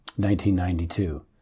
1992